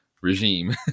regime